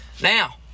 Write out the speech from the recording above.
Now